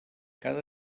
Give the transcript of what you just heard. cada